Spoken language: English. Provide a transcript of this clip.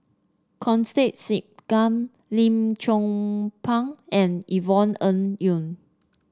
Constance Singam Lim Chong Pang and Yvonne Ng Uhde